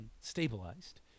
stabilized